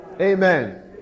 Amen